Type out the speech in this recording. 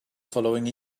following